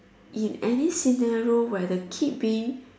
in any scenario where the kid being